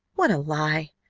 what a lie!